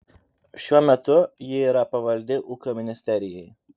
šiuo metu ji yra pavaldi ūkio ministerijai